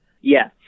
Yes